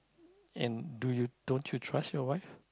and don't you trust your wife